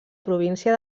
província